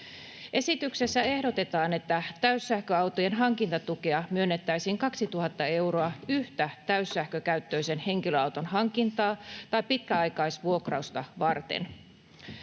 Esityksessä ehdotetaan, että täyssähköautojen hankintatukea myönnettäisiin 2 000 euroa yhtä täyssähkökäyttöisen henkilöauton hankintaa tai pitkäaikaisvuokrausta varten.